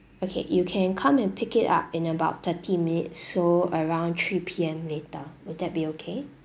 okay you can come and pick it up in about thirty minutes so around three P_M later will that be okay